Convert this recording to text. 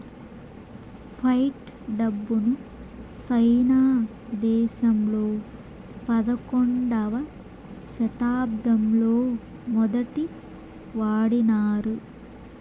fight డబ్బును సైనా దేశంలో పదకొండవ శతాబ్దంలో మొదటి వాడినారు